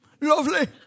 lovely